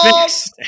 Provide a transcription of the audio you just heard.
fix